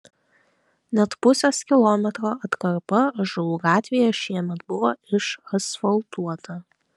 net pusės kilometro atkarpa ąžuolų gatvėje šiemet buvo išasfaltuota